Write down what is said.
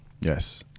Yes